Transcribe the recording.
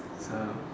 so